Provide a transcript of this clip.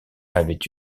avait